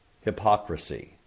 hypocrisy